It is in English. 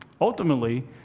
Ultimately